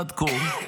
עד כה,